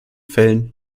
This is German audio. fällen